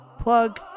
Plug